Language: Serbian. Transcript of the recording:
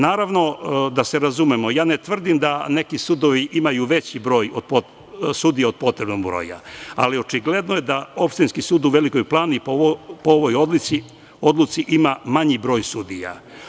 Naravno, da se razumemo, ja ne tvrdim da neki sudovi imaju veći broj sudija od potrebnog broja, ali očigledno je da Opštinski sud u Velikoj Plani po ovoj odluci ima manji broj sudija.